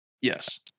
yes